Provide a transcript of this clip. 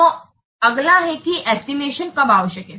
तो अगला है कि एस्टिमेशन कब आवश्यक हैं